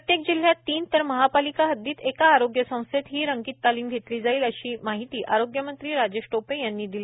प्रत्येक जिल्ह्यांत तीन तर महापालिका हददीत एका आरोग्य संस्थेत ही रंगीत तालीम घेतली जाईल अशी माहिती आरोग्य मंत्री राजेश टोपे यांनी दिली